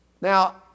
Now